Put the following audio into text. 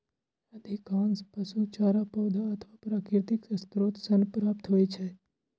अधिकांश पशु चारा पौधा अथवा प्राकृतिक स्रोत सं प्राप्त होइ छै